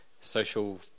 Social